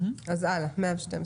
בסדר.